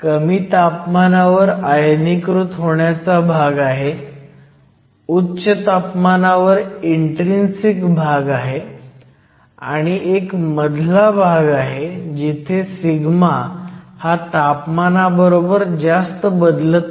कमी तापमानावर आयनीकृत होण्याचा भाग आहे उच्च तापमानावर इन्ट्रीन्सिक भाग आहे आज एक मधला भाग आहे जिथे σ हा तापमानाबरोबर जास्त बदलत नाही